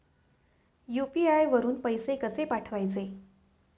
UPI वरून पैसे कसे पाठवायचे?